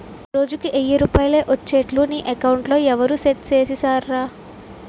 రోజుకి ఎయ్యి రూపాయలే ఒచ్చేట్లు నీ అకౌంట్లో ఎవరూ సెట్ సేసిసేరురా